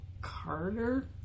Carter